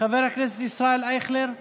חבר הכנסת ישראל אייכלר,